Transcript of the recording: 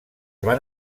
van